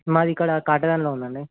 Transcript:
మాది ఇక్కడ కాటేదాన్లో ఉంది అండి